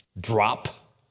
drop